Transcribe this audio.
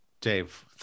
Dave